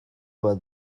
bat